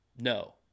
No